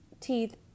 teeth